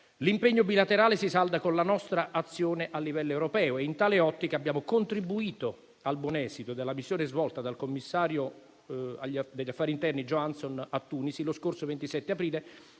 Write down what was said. L'impegno bilaterale si salda con la nostra azione a livello europeo, e in tale ottica abbiamo contribuito al buon esito della missione svolta dal commissario per gli affari interni Johansson a Tunisi, lo scorso 27 aprile,